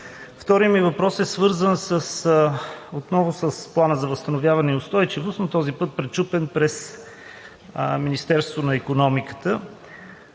вторият ми въпрос е свързан отново с Плана за възстановяване и устойчивост, но този път пречупен през Министерството на икономиката.